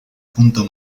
punto